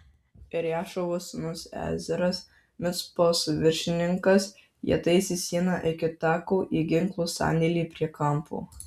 ir ješūvos sūnus ezeras micpos viršininkas jie taisė sieną iki tako į ginklų sandėlį prie kampo